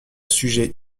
sujet